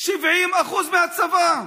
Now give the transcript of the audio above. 70% מהצבא.